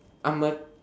I'm a